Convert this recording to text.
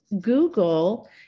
Google